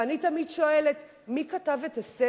ואני תמיד שואלת: מי כתב את הספר?